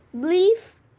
belief